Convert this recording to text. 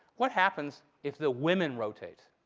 what happens if the women rotate,